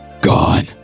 Gone